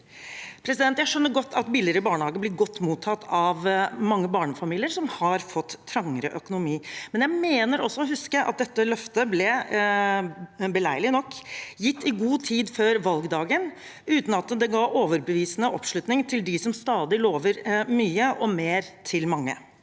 Jeg skjønner godt at billigere barnehage blir godt mottatt av mange barnefamilier som har fått trangere økonomi, men jeg mener også å huske at dette løftet beleilig nok ble gitt i god tid før valgdagen, uten at det ga overbevisende oppslutning til dem som stadig lover mye og mer til mange.